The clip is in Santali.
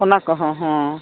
ᱚᱱᱟ ᱠᱚᱦᱚᱸ ᱦᱚᱸ